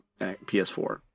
PS4